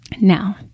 Now